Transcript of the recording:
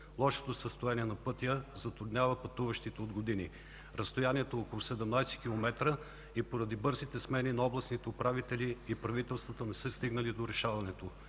Лошото състояние на пътя затруднява пътуващите от години. Разстоянието е около 17 км и поради бързите смени на областните управители и правителството не са стигнали до решаването